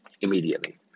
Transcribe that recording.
immediately